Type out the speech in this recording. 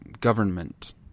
government –